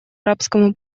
арабскому